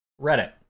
Reddit